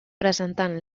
presentant